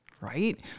Right